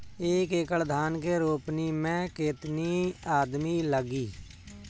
एक एकड़ धान के रोपनी मै कितनी आदमी लगीह?